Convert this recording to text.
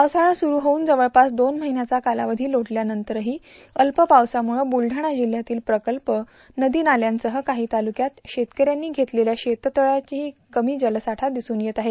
पावसाळा स्रूर होवून जवळपास दोन महिन्याचा कालावधी लोटल्यानंतरही अल्प पावसामुळं ब्रलढाणा जिल्ह्यातील प्रकल्प नदीनाल्यासह काही तालुक्यात शेतकऱ्यांनी घेतलेल्या शेततळ्यातही कमी जलसाठा दिसून येत आहे